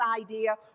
idea